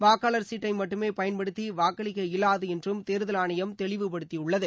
வாக்காளர் சீட்டை மட்டுமே பயன்படுத்தி வாக்களிக்க இயலாது என்றும் தேர்தல் ஆணையம் தெளிவுபடுத்தியுள்ளது